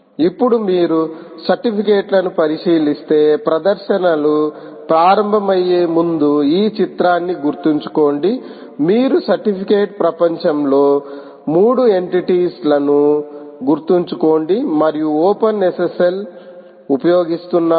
ఇప్పుడు మీరు సర్టిఫికేట్లను పరిశీలిస్తే ప్రదర్శనలు ప్రారంభమయ్యే ముందు ఈ చిత్రాన్ని గుర్తుంచుకోండి మీరు సర్టిఫికేట్ ప్రపంచంలో 3 ఎంటటీ లను గుర్తుంచుకోండి మరియు ఓపెన్ఎస్ఎస్ఎల్ ఉపయోగిస్తున్నారు